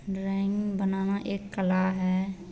drawing बनाना एक कला है